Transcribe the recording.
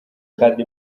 kandi